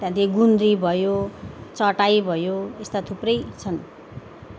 त्यहाँदेखि गुन्द्री भयो चटाई भयो यस्ता थुप्रै छन्